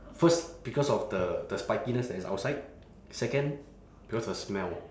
first because of the the spikiness that is outside second because the smell